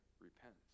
repents